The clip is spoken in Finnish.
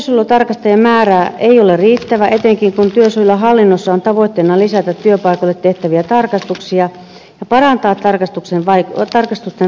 työsuojelutarkastajien määrä ei ole riittävä etenkin kun työsuojeluhallinnossa on tavoitteena lisätä työpaikoille tehtäviä tarkastuksia ja parantaa tarkastusten vaikuttavuutta